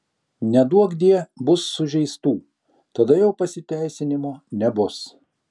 neduokdie bus sužeistų tada jau pasiteisinimo nebus